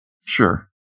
Sure